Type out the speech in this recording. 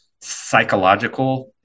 psychological